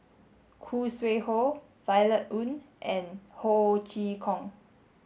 Khoo Sui Hoe Violet Oon and Ho Chee Kong